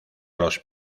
los